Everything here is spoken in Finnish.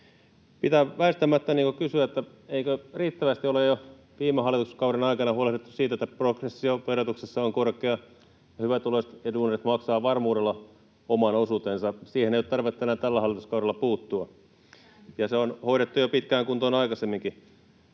Pitää väistämättä kysyä, eikö riittävästi ole jo viime hallituskauden aikana huolehdittu siitä, että progressio verotuksessa on korkea ja hyvätuloiset ja duunarit maksavat varmuudella oman osuutensa. Siihen ei ole tarvetta enää tällä hallituskaudella puuttua. Ja se on hoidettu jo pitkään kuntoon aikaisemminkin.